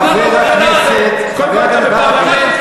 קודם כול תדבר יפה.